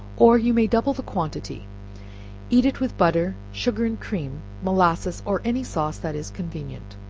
or you may double the quantity eat it with butter, sugar and cream, molasses, or any sauce that is convenient.